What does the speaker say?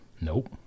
Nope